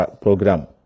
program